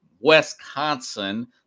Wisconsin